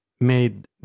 made